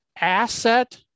asset